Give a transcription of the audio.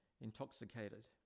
intoxicated